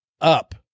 up